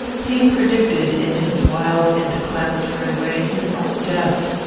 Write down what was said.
he predicted, in his wild and declamatory way, his own death.